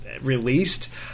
released